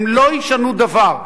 הם לא ישנו דבר.